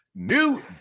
New